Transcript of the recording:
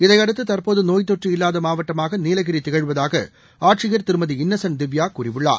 இதையடுத்து தற்போது நோய் தொற்று இல்லாத மாவட்டமாக நீலகிரி திகழ்வதாக ஆட்சியர் திருமதி இன்னசென்ட் திவ்யா கூறியுள்ளார்